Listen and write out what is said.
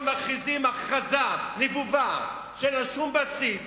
מכריזים הכרזה נבובה שאין לה שום בסיס,